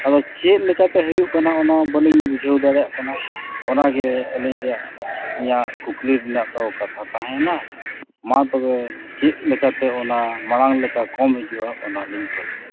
ᱟᱫᱚ ᱪᱮᱫ ᱞᱮᱠᱟᱛᱮ ᱦᱩᱭᱩᱜ ᱠᱟᱱᱟ ᱚᱱᱟ ᱵᱟᱹᱞᱤᱧ ᱵᱩᱡᱷᱟᱹᱣ ᱫᱟᱲᱮᱭᱟᱜ ᱠᱟᱱᱟ ᱚᱱᱟᱜᱮ ᱟᱹᱞᱤᱧᱟᱜ ᱤᱧᱟᱹᱜ ᱠᱩᱠᱞᱤ ᱨᱮᱱᱟᱜ ᱫᱚ ᱠᱟᱛᱷᱟ ᱛᱟᱦᱮᱭᱮᱱᱟ ᱢᱟ ᱛᱚᱵᱮ ᱪᱮᱫ ᱞᱮᱠᱟᱛᱮ ᱚᱱᱟ ᱢᱟᱲᱟᱝ ᱞᱮᱠᱟ ᱠᱚᱢ ᱦᱤᱡᱩᱜᱼᱟ ᱚᱱᱟ ᱞᱤᱧ ᱠᱷᱚᱡᱽ ᱠᱟᱱᱟ